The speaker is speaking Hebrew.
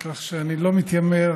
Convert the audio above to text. כך שאני לא מתיימר